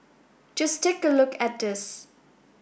just take a look at these